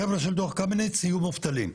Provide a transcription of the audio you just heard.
החבר'ה של דוח קמיניץ יהיו מובטלים,